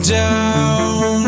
down